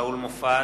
שאול מופז,